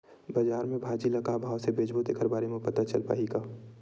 बजार में भाजी ल का भाव से बेचबो तेखर बारे में पता चल पाही का?